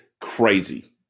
crazy